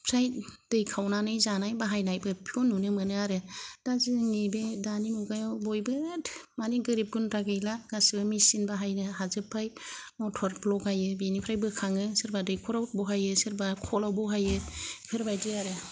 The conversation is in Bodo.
फ्राय दै खावनानै जानाय बाहायनाय बेफोरखौ नुनो मोनो आरो दा जोंनि बे दानि मुगायाव बयबो माने गोरिब गुनद्रा गैला गासिबो मिसिन बाहायनो हाजोब्बाय मथर लगायो बिनिफ्राय बोखाङो सोरबा दैखराव बहायो सोरबा खलाव बहायो बेफोरबायदि आरो